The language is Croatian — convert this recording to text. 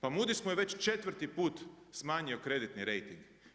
Pa Mudis mu je već 4 put smanjio kreditni rejting.